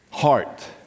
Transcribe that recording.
Heart